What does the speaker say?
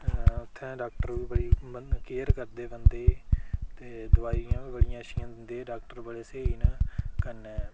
उत्थै डाक्टर बी बड़ी केयर करदे बंदे दी ते दवाईयां बड़ियां अच्छियां दिंदे डाक्टर बड़े स्हेई न कन्नै